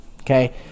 Okay